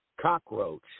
Cockroach